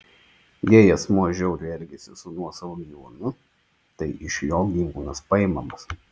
jei asmuo žiauriai elgiasi su nuosavu gyvūnu tai iš jo gyvūnas paimamas